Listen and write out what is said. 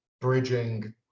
bridging